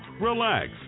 relax